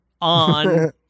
on